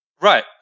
Right